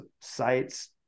sites